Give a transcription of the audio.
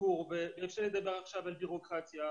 אפשר לדבר עכשיו על בירוקרטיה,